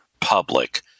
public